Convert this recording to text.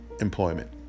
employment